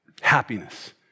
happiness